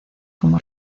como